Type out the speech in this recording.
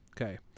okay